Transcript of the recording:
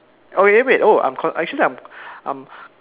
oh eh wait oh I'm co~ actually I'm I'm